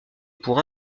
pour